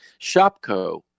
Shopco